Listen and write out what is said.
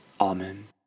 Amen